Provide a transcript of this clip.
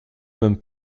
même